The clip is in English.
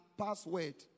password